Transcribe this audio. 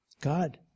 God